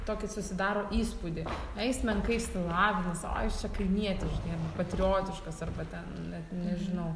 tokį susidaro įspūdį na jis menkai išsilavinęs o jis čia kaimietis žinai patriotiškas arba ten net nežinau